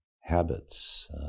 habits